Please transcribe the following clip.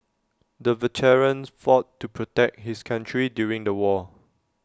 the veterans fought to protect his country during the war